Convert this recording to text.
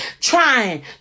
trying